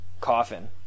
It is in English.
coffin